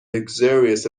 luxurious